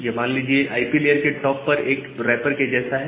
यह मान लीजिए आईपी लेयर के टॉप पर एक रैपर के जैसा है